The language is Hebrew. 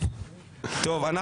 טוב,